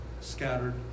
scattered